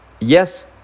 yes